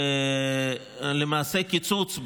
למעשה קיצוץ,